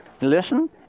listen